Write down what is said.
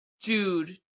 dude